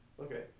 Okay